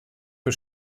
für